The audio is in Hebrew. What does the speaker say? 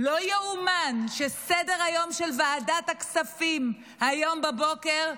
לא ייאמן שסדר-היום של ועדת הכספים היום בבוקר,